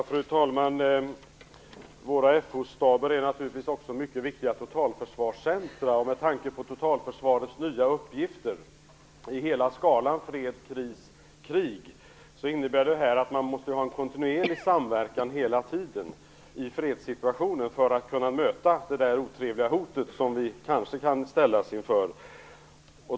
Fru talman! Våra FO-staber är naturligtvis också mycket viktiga för totalförsvarscentrum. Med tanke på totalförsvarets nya uppgifter i hela skalan - fred, kris, krig - innebär att det i fredssituationen hela tiden måste ske en kontinuerlig samverkan för att kunna möta det otrevliga hot som vi kanske kan komma att ställas inför.